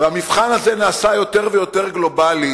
והמבחן הזה נעשה יותר ויותר גלובלי,